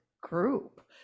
group